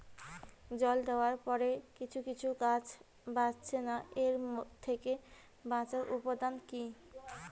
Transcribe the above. জল দেওয়ার পরে কিছু কিছু গাছ বাড়ছে না এর থেকে বাঁচার উপাদান কী?